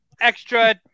extra